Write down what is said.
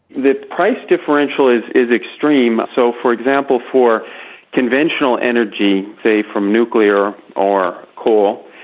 the price differential is is extreme. so for example for conventional energy, say from nuclear or coal,